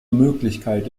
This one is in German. möglichkeit